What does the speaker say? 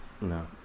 No